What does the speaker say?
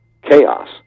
chaos